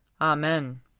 Amen